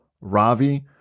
Ravi